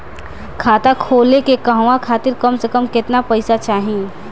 खाता खोले के कहवा खातिर कम से कम केतना पइसा चाहीं?